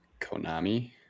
Konami